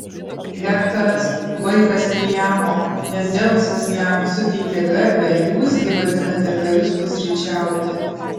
hektoras vaikas priamo nes dzeusas jam suteikė garbę jūs gi vadinate karius pusryčiauti